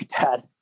dad